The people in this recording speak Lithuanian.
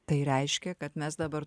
tai reiškia kad mes dabar